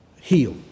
heal